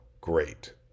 great